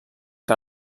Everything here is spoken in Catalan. que